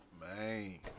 Man